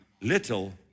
little